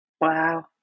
Wow